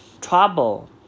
Trouble